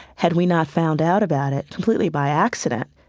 had we not found out about it completely by accident,